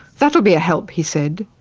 that will be a help he said,